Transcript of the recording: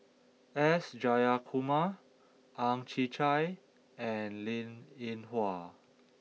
S Jayakumar Ang Chwee Chai and Linn In Hua